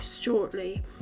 shortly